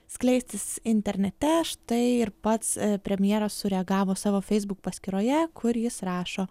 skleistis internete štai ir pats premjeras sureagavo savo facebook paskyroje kur jis rašo